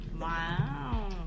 Wow